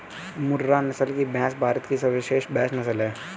मुर्रा नस्ल की भैंस भारत की सर्वश्रेष्ठ भैंस नस्ल है